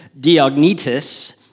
Diognetus